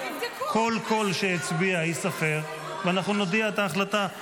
כל קול שהצביע ייספר ואנחנו נודיע את ההחלטה.